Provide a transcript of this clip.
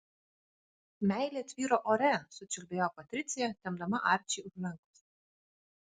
meilė tvyro ore sučiulbėjo patricija tempdama arčį už rankos